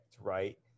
right